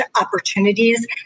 opportunities